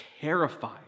terrified